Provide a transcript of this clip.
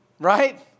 Right